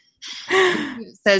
says